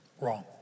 Wrong